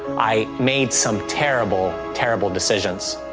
i made some terrible, terrible decisions,